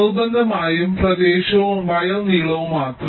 നിർബന്ധമായും പ്രദേശവും വയർ നീളവും മാത്രം